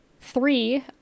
three